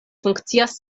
funkcias